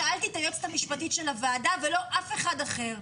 שאלתי את היועצת המשפטית של הוועדה ולא אף אחד אחר.